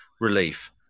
relief